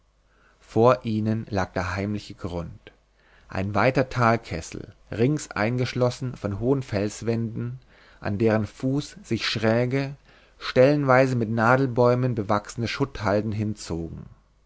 vor ihnen lag der heimliche grund ein weiter talkessel rings eingeschlossen von hohen felswänden an deren fuß sich schräge stellenweise mit nadelbäumen bewachsene schutthalden hinzogen